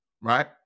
right